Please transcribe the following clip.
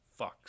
fucks